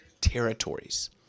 territories